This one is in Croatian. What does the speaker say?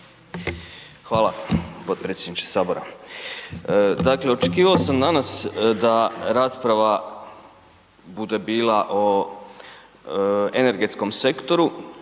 Hvala potpredsjedniče Sabora. Dakle očekivao sam danas da rasprava bude bila o energetskom sektoru